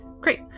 Great